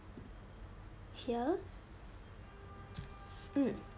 here mm